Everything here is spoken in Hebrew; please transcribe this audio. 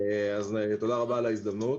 תודה רבה על ההזדמנות.